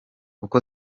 uko